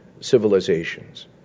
civilizations